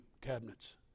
cabinets